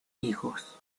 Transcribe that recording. hijos